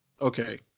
Okay